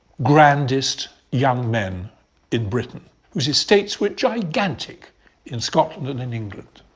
grandest young men in britain whose estates were gigantic in scotland and in england.